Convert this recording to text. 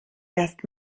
erst